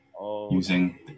using